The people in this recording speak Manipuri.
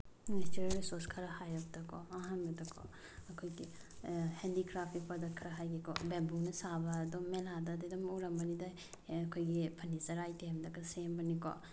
ꯅꯦꯆꯔꯦꯜ ꯔꯤꯁꯣꯔꯁ ꯈꯔ ꯍꯥꯏꯔꯕꯗꯀꯣ ꯑꯍꯥꯟꯕꯗꯀꯣ ꯑꯩꯈꯣꯏꯒꯤ ꯍꯦꯟꯗꯤꯀ꯭ꯔꯥꯐ ꯄꯤꯄꯜꯗ ꯈꯔ ꯍꯥꯏꯒꯦꯀꯣ ꯕꯦꯝꯕꯨꯅ ꯁꯥꯕ ꯑꯗꯨꯝ ꯃꯦꯂꯥꯗꯗꯤ ꯑꯗꯨꯝ ꯎꯔꯝꯃꯅꯤꯗꯥ ꯑꯩꯈꯣꯏꯒꯤ ꯐꯔꯅꯤꯆꯔ ꯑꯥꯏꯇꯦꯝꯗꯒ ꯁꯦꯝꯕꯅꯤꯀꯣ